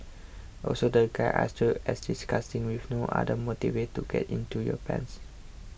also the guys are still as disgusting with no other motives to get into your pants